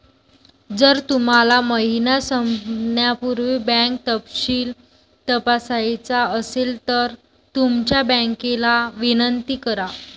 जर तुम्हाला महिना संपण्यापूर्वी बँक तपशील तपासायचा असेल तर तुमच्या बँकेला विनंती करा